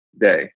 day